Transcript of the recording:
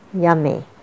yummy